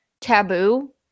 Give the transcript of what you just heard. taboo